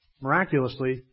miraculously